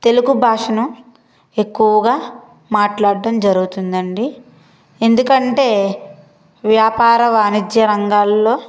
తెలుగు భాషను ఎక్కువగా మాట్లాడడం జరుగుతుంది అండి ఎందుకంటే వ్యాపార వాణిజ్య రంగాల్లో